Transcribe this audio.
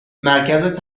مرکز